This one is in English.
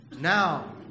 Now